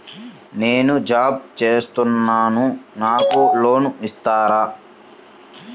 నేను జాబ్ చేస్తున్నాను నాకు లోన్ ఇస్తారా?